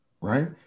right